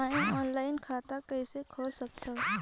मैं ऑनलाइन खाता कइसे खोल सकथव?